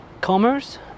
commerce